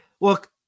Look